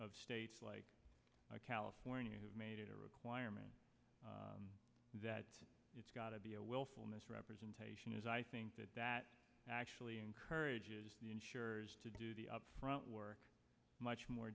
of states like california has made it a requirement that it's got to be a willful misrepresentation is i think that that actually encourages the insurers to do the upfront were much more